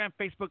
facebook